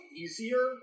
easier